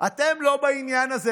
אתם לא בעניין הזה,